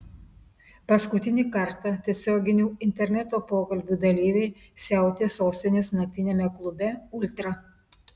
paskutinį kartą tiesioginių interneto pokalbių dalyviai siautė sostinės naktiniame klube ultra